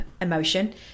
emotion